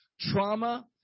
trauma